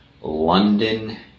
London